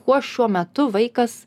kuo šiuo metu vaikas